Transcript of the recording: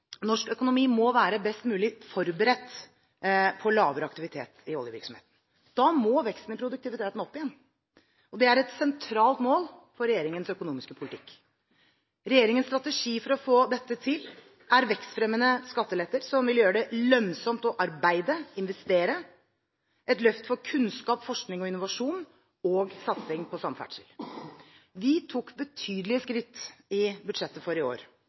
Norsk økonomi må være best mulig forberedt på lavere aktivitet i oljevirksomheten. Da må veksten i produktiviteten opp igjen. Det er et sentralt mål for regjeringens økonomiske politikk. Regjeringens strategi for å få dette til er vekstfremmende skatteletter som vil gjøre det lønnsomt å arbeide og investere, et løft for kunnskap, forskning og innovasjon og satsing på samferdsel. Vi tok betydelige skritt i budsjettet for i år. Vi fortsetter i forslaget til budsjett for neste år.